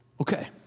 Okay